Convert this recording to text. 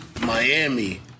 Miami